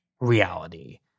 reality